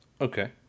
Okay